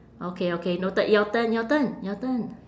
okay okay noted your turn your turn your turn